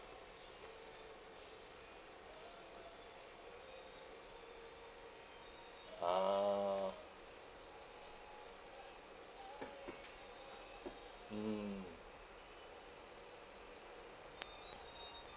ah mm